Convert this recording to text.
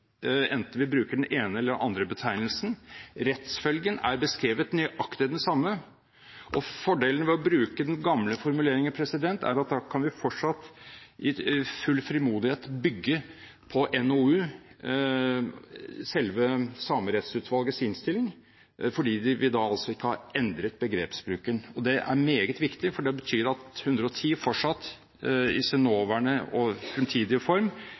enten vi bruker den ene eller den andre betegnelsen. Rettsfølgen er beskrevet som nøyaktig den samme, og fordelen ved å bruke den gamle formuleringen er at vi da i full frimodighet fortsatt kan bygge på NOU-en, selve Samerettsutvalgets innstilling, fordi vi altså ikke har endret begrepsbruken. Det er meget viktig, for det betyr at § 110 fortsatt, i sin nåværende og fremtidige form,